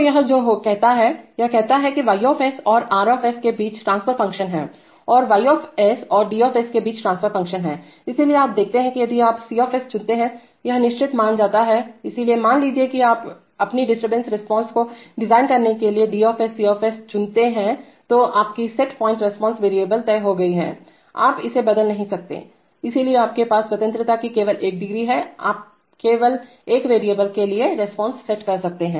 तो यह जो कहता है यह कहता है कि यह Y और R के बीच ट्रांसफर फ़ंक्शन है और यह Y और D0 के बीच ट्रांसफर फ़ंक्शन हैइसलिए आप देखते हैं कि यदि आप C चुनते हैंयह निश्चित मान जाता हैइसलिए मान लीजिए कि आप अपनी डिस्टर्बेंस रिस्पांस को डिजाइन करने के लिए DC चुनते हैंतो आपकी सेट पॉइंट रिस्पांस वेरिएबल तय हो गई हैआप इसे बदल नहीं सकते हैं इसलिए आपके पास स्वतंत्रता की केवल एक डिग्री है आप केवल एक वेरिएबल के लिए रिस्पांस सेट कर सकते हैं